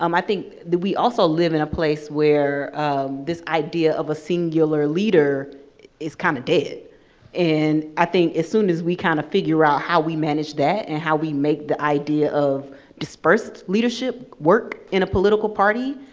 um i think that we also live in a place where this idea of a singular leader is kinda kind of dead. and i think, as soon as we kind of figure out, how we manage that, and how we make the idea of dispersed leadership work in a political party,